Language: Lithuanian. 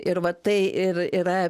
ir va tai ir yra